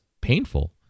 painful